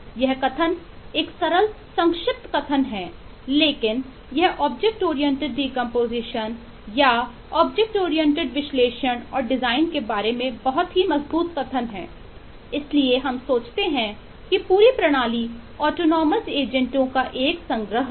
यह कथन एक सरल संक्षिप्त कथन है लेकिन यह ऑब्जेक्ट ओरिएंटेड डीकंपोजिशन का एक संग्रह है